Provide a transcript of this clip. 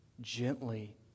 gently